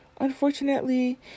unfortunately